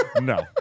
No